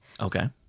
Okay